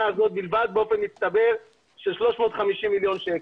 הזאת בלבד באופן מצטבר בסכום של 350 מיליון שקלים.